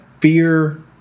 fear